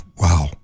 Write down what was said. wow